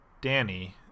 danny